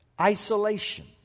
isolation